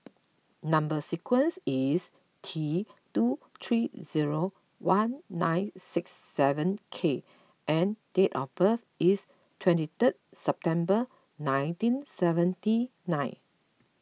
Number Sequence is T two three zero one nine six seven K and date of birth is twenty third September nineteen seventy nine